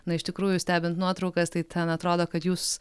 na iš tikrųjų stebint nuotraukas tai ten atrodo kad jūs